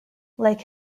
like